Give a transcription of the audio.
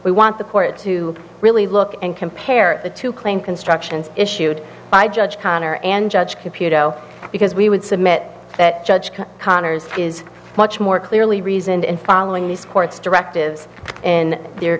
we want the court to really look and compare the two claim constructions issued by judge connor and judge computer zero because we would submit that judge connors is much more clearly reasoned in following these courts directives in their